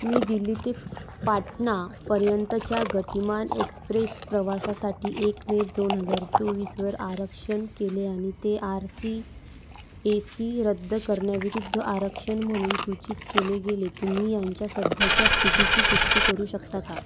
मी दिल्ली ते पाटणापर्यंतच्या गतिमान एक्स्प्रेस प्रवासासाठी एक मे दोन हजार चोवीसवर आरक्षण केले आणि ते आर सी ए सी रद्द करण्याविरुद्ध आरक्षण म्हणून सूचित केले गेले तुम्ही ह्यांच्या सध्याच्या स्थितीची पुष्टी करू शकता का